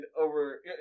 over